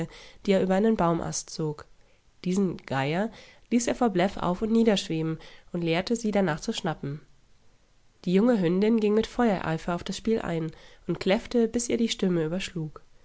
die er über einen baumast zog diesen geier ließ er vor bläff auf und niederschweben und lehrte sie danach zu schnappen die junge hündin ging mit feuereifer auf das spiel ein und kläffte bis ihr die stimme überschlug